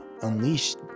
unleashed